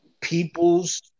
people's